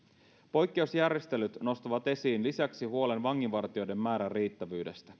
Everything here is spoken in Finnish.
poikkeusjärjestelyt nostavat esiin lisäksi huolen vanginvartijoiden määrän riittävyydestä